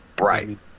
Right